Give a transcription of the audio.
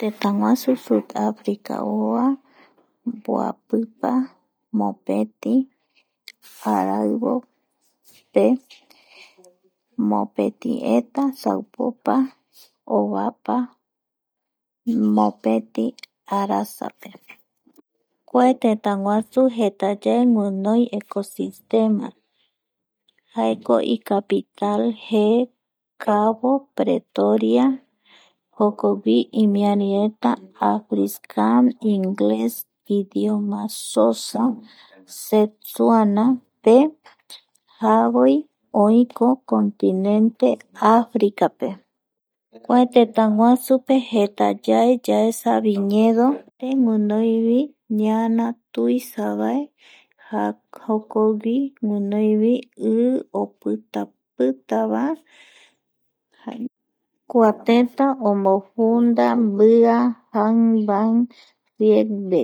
Tëtäguasu sudafrica oa moapipa mopeti araoivope, mopetieta saupopa ovapa mopeti arasape kua tëtäguasu jeta yae guinoi ecosistema jaeko icapital jee cabo, pretoria, jokogui imiarireta afrikaans Ingles idioma xhosa, zexoanape, javoi oïko continente africape, kua téta guasu pe jeta yae yaesavi viñedos, guinoivi ñana tuisavae jokoguivi guinoivi i opipitava, kua tëta omofunad mbia Jan van Riebeeck.